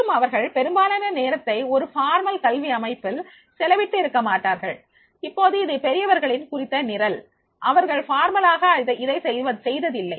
மற்றும் அவர்கள் பெரும்பாலான நேரத்தை ஒரு முறையான கல்வி அமைப்பில் செலவிட்டு இருக்கமாட்டார்கள் இப்போது இது பெரியவர்களின் குறித்த நிரல் அவர்கள் முறையாக இதை செய்ததில்லை